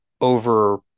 over